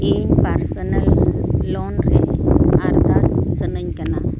ᱤᱧ personal loan ᱨᱮ ᱟᱨᱫᱟᱥ ᱥᱟᱹᱱᱟᱹᱧ ᱠᱟᱱᱟ